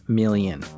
million